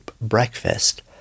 breakfast